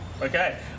okay